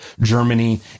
Germany